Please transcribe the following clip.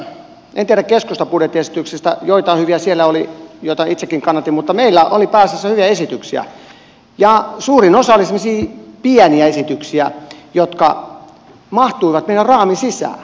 en tiedä keskustan budjettiesityksistä joitain hyviä siellä oli joita itsekin kannatin mutta meillä oli pääasiassa hyviä esityksiä ja suurin osa oli semmoisia pieniä esityksiä jotka mahtuivat meidän raamin sisään